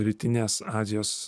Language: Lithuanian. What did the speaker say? rytines azijos